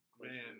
Man